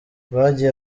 rwagiye